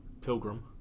pilgrim